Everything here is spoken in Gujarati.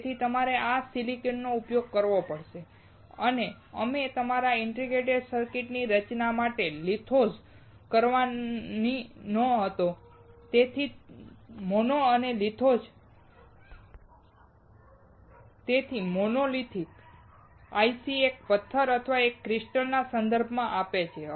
તેથી અમારે આ સિલિકોન નો ઉપયોગ કરવો પડશે અને અમે તમારા ઇન્ટિગ્રેટેડ સર્કિટની રચના માટે લિથોગ્રાફી કરવાની હતી તેથી જ મોનો અને લિથોઝ તેથી મોનોલિથિક IC એક પથ્થર અથવા એક ક્રિસ્ટલ નો સંદર્ભ આપે છે